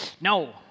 No